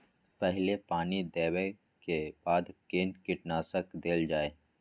पहिले पानी देबै के बाद केना कीटनासक देल जाय?